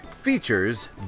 Features